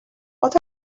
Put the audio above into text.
what